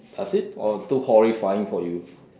does it or too horrifying for you